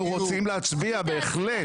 אנחנו רוצים להצביע, בהחלט.